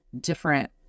different